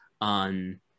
on